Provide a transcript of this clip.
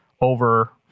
over